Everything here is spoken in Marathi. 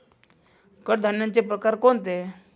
कडधान्याचे प्रकार कोणते?